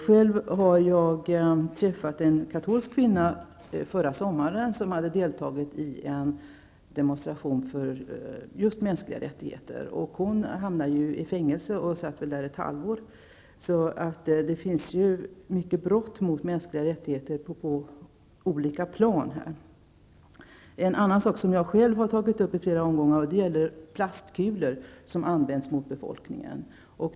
Själv träffade jag en katolsk kvinna förra sommaren som hade deltagit i en demonstration för just mänskliga rättigheter. Hon hamnade i fängelse och satt där ett halvår. Så det begås många brott mot mänskliga rättigheter på olika plan. En annan sak som jag själv har tagit upp vid flera tillfällen gäller plastkulor som används mot befolkningen.